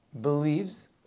believes